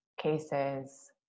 cases